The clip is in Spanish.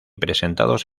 presentados